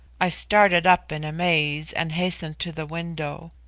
i started up in amaze and hastened to the window.